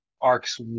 arcs